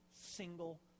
single